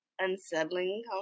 unsettling